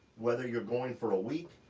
whether you're going for a week,